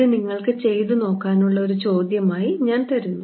ഇത് നിങ്ങൾക്ക് ചെയ്തു നോക്കാനുള്ള ഒരു ചോദ്യമായി ഞാൻ തരുന്നു